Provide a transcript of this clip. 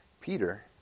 Peter